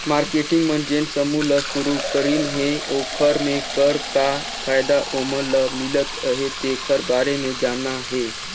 marketing मन जेन समूह ल सुरूकरीन हे ओखर मे कर का फायदा ओमन ल मिलत अहे तेखर बारे मे जानना हे